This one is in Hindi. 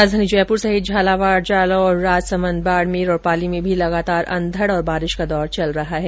राजधानी जयपुर सहित झालावाड़ जालोर राजसमंद बाडमेर और पाली में भी लगातार अधंड और बारिश का दौर चल रहा है